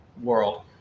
world